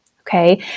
Okay